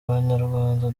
abanyarwanda